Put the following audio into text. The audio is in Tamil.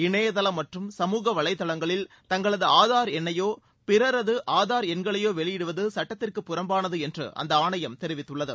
இணையதளம் மற்றும் சமூக வலைதளங்களில் தங்களது ஆதார் எண்ணையோ பிறரது ஆதார் எண்களையோ வெளியிடுவது சுட்டத்திற்குப் புறம்பானது என்று அந்த ஆணையம் தெரிவித்துள்ளது